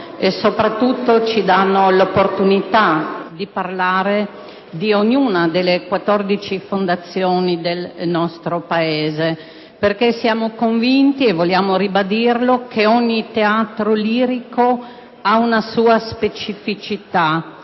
e soprattutto, ci danno l'opportunità di parlare di ognuna delle 14 fondazioni del nostro Paese. Infatti, siamo convinti - vogliamo ribadirlo - che ogni teatro lirico abbia una sua specificità,